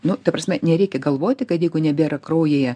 nu ta prasme nereikia galvoti kad jeigu nebėra kraujyje